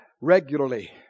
Regularly